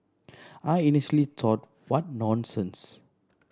I initially thought what nonsense